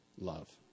love